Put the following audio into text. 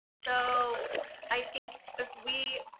so i think if we,